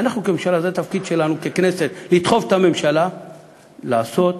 זה התפקיד שלנו ככנסת לדחוף את הממשלה לעשות,